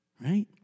right